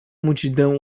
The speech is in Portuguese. multidão